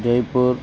Jaipur